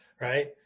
right